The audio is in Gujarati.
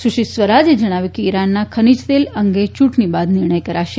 સુશ્રી સ્વરાજે જણાવ્યું કે ઇરાનના ખનીજ તેલ અંગે ચૂંટણી બાદ નિર્ણય કરાશે